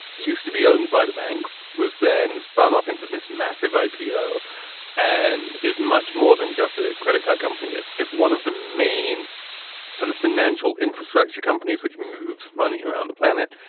used to be owned by the banks, was then spun off into this massive ipo and is much more than just a credit card company. it's one of the main sort of financial infrastructure companies which moves money around the planet.